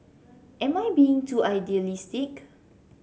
am I being too idealistic